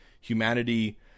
Humanity